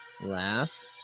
laugh